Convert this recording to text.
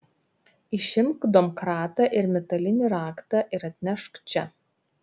išimk domkratą ir metalinį raktą ir atnešk čia